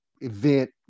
event